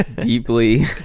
deeply